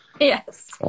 Yes